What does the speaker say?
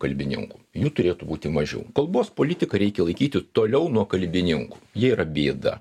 kalbininkų jų turėtų būti mažiau kalbos politiką reikia laikyti toliau nuo kalbininkų jie yra bėda